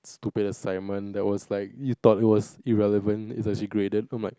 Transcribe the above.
stupidest segment that was like you thought it was irrelevant is actually graded and I'm like